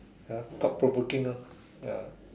ya thought provoking lah ya